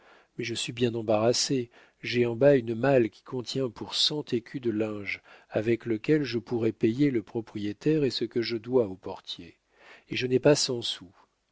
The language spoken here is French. mais je suis bien embarrassé j'ai en bas une malle qui contient pour cent écus de linge avec lequel je pourrais payer le propriétaire et ce que je dois au portier et je n'ai pas cent sous